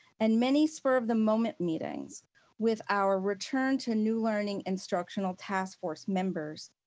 and many spur of the moment meetings with our return to new learning instructional task force members,